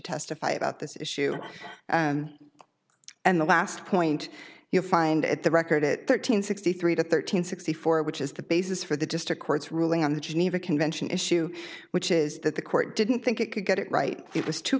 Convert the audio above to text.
testify about this issue and the last point you'll find at the record at thirteen sixty three to thirteen sixty four which is the basis for the district court's ruling on the geneva convention issue which is that the court didn't think it could get it right it was too